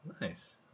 Nice